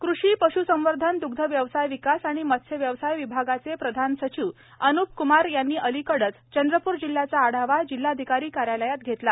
चंद्रपूर कृषी पश्संवर्धन दग्धव्यवसाय विकास आणि मत्स्यव्यवसाय विभागाचे प्रधान सचिव अनुप कुमार यांनी अलीकडेच चंद्रपूर जिल्ह्याचा आढावा जिल्हाधिकारी कार्यालयात घेतला